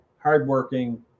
hardworking